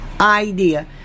idea